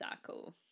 circle